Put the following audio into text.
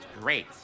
great